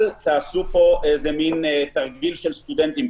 אל תעשו איזה מין תרגיל של סטודנטים,